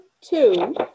two